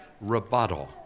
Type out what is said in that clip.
rebuttal